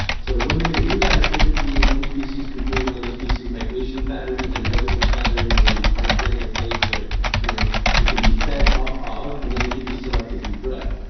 so, one day to do that is typically one species controls another species' migration patterns and residence patterns, and then parks them in a place where you know they can be fed off of and then they can be selectively bred.